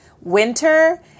winter